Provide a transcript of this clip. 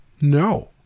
No